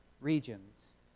regions